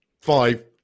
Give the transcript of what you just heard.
five